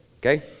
okay